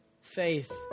faith